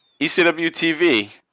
ECW-TV